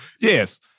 Yes